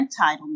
entitlement